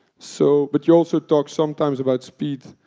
so but you also talk sometimes about speed.